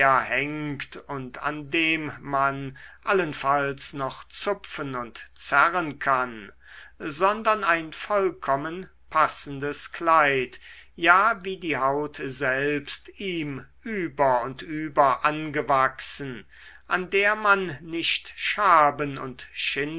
hängt und an dem man allenfalls noch zupfen und zerren kann sondern ein vollkommen passendes kleid ja wie die haut selbst ihm über und über angewachsen an der man nicht schaben und